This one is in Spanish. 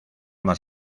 más